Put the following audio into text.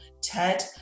ted